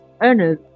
earners